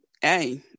hey